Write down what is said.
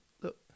Look